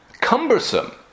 cumbersome